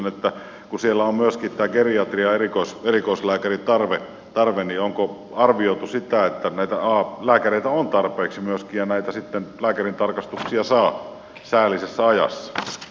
kun siellä on myöskin tämä geriatrian erikoislääkäritarve niin onko arvioitu sitä että näitä lääkäreitä on tarpeeksi myöskin ja sitten näitä lääkärintarkastuksia saa säällisessä ajassa